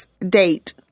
date